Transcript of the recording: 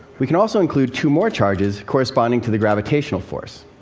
we can also include two more charges corresponding to the gravitational force.